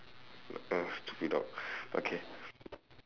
uh stupid dog okay